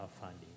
funding